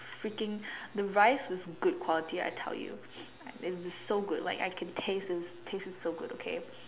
freaking the rice was good quality I tell you and it was so good like I can taste those it tasted so good okay